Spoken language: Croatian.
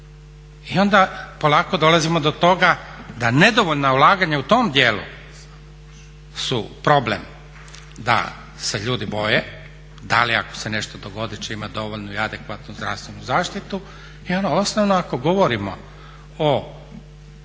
I onda polako dolazimo do toga da nedovoljna ulaganja u tom dijelu su problem da se ljudi boje, da li ako se nešto dogodi će imati dovoljnu i adekvatnu zdravstvenu zaštitu i ono osnovno ako govorimo